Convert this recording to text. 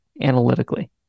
analytically